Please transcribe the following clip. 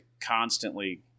constantly